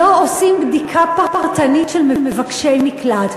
לא עושים בדיקה פרטנית של מבקשי מקלט.